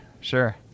Sure